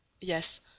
Yes